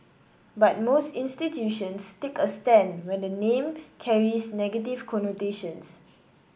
but most institutions take a stand when the name carries negative connotations